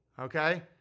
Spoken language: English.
Okay